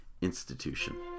institution